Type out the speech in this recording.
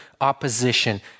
opposition